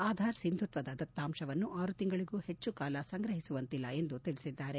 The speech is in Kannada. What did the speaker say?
ಆಧಾರ್ ಸಿಂಧುತ್ವದ ದತ್ತಾಂಶವನ್ನು ಆರು ತಿಂಗಳಗೂ ಹೆಚ್ಚುಕಾಲ ಸಂಗ್ರಹಿಸುವಂತಿಲ್ಲ ಎಂದು ತಿಳಿಸಿದ್ದಾರೆ